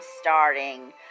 starting